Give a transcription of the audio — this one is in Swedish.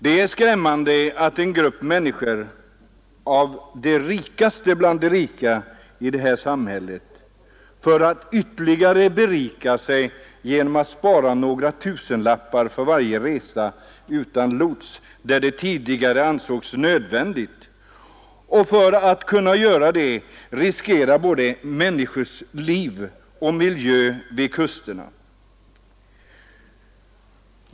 Det är skrämmande att en grupp människor av de rikaste bland de rika i det här samhället för att ytterligare berika sig genom att spara några tusenlappar varje resa utan lots, där det tidigare ansågs nödvändigt att ha lots, riskerar både människors liv och miljön vid kusterna.